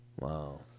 Wow